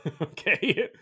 okay